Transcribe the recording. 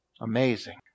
Amazing